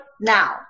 now